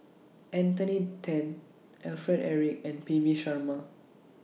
Anthony Then Alfred Eric and P V Sharma